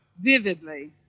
Vividly